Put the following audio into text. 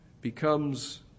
becomes